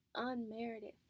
unmerited